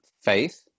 faith